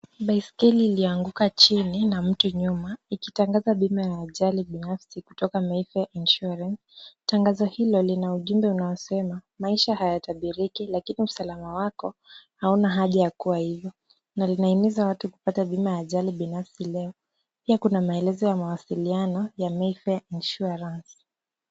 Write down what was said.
Baiskeli iliyoanguka chini na mtu nyuma, ikitangaza bima ya ajali binafsi kutoka Mayfair insurance . Tangazo hilo lina ujumbe unaosema, maisha hayatabiriki lakini usalama wako hauna haja ya kuwa hivyo na unahimiza watu kupata bima ya ajali binafsi leo. Pia kuna maelezo ya mawasiliano ya Mayfair insurance .